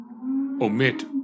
omit